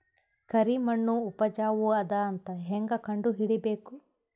ಕರಿಮಣ್ಣು ಉಪಜಾವು ಅದ ಅಂತ ಹೇಂಗ ಕಂಡುಹಿಡಿಬೇಕು?